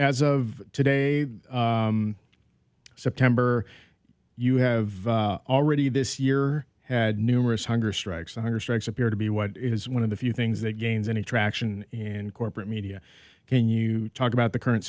as of today september you have already this year had numerous hunger strikes and hunger strikes appear to be what it is one of the few things that gains any traction in corporate media can you talk about the current